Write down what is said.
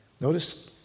Notice